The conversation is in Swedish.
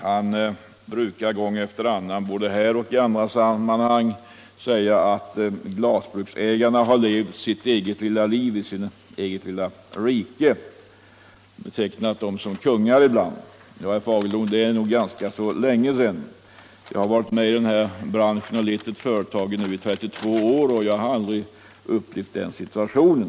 Han brukar både här i kammaren och i andra sammanhang säga att glasbruksägarna har levt sitt eget lilla liv i sitt eget lilla rike och han har ibland betecknat dem som kungar. Det är nog länge sedan, herr Fagerlund. Jag har lett ett företag i den här branschen i 32 år och jag har aldrig upplevt den situationen.